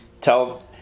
tell